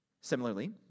Similarly